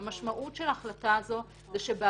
המשמעות של ההחלטה הזאת היא שתפקידי